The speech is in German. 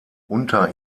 unter